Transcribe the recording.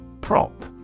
Prop